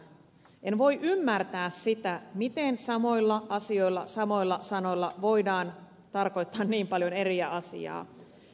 en voi ymmärtää sitä miten samoilla asioilla samoilla sanoilla voidaan tarkoittaa niin paljon eri asioita